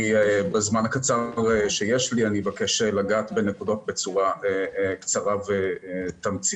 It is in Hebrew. בזמן הקצר שיש לי אני מבקש לגעת בנקודות בצורה קצרה ותמציתית.